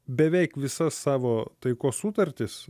beveik visas savo taikos sutartis